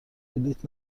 بلیط